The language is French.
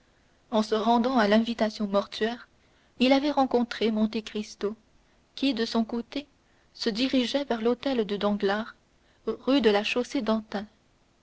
en se rendant à l'invitation mortuaire il avait rencontré monte cristo qui de son côté se dirigeait vers l'hôtel de danglars rue de la chaussée-d'antin